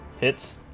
Hits